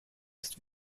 ist